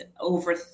over